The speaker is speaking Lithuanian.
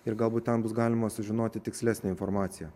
ir galbūt ten bus galima sužinoti tikslesnę informaciją